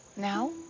now